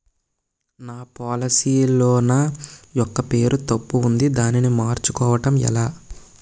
నా పోలసీ లో నా యెక్క పేరు తప్పు ఉంది దానిని మార్చు కోవటం ఎలా?